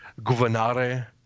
governare